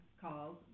calls